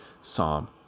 Psalm